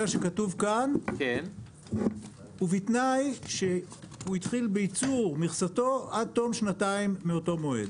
שכתוב כאן ובתנאי שהוא התחיל בייצור מכסתו עד תום שנתיים מאותו מועד.